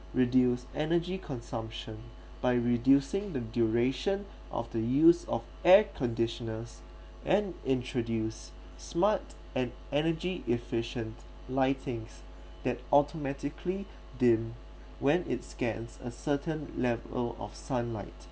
reduce energy consumption by reducing the duration of the use of air conditioners and introduce smart and energy efficient lightings that automatically dim when it scans a certain level of sunlight